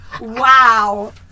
wow